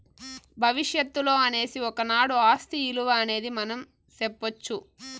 భవిష్యత్తులో అనేసి ఒకనాడు ఆస్తి ఇలువ అనేది మనం సెప్పొచ్చు